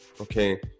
okay